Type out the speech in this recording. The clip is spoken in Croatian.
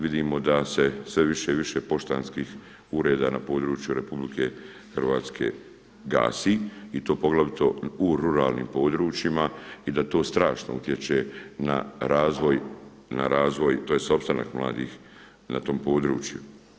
Vidimo da se sve više i više poštanskih ureda na području RH gasi i to poglavito u ruralnim područjima i da to strašno utječe na razvoj, tj. opstanak mladih na tom području.